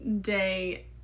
day